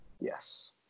yes